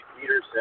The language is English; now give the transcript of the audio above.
Peterson